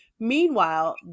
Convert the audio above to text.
Meanwhile